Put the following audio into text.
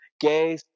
Gay